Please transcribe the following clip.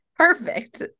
perfect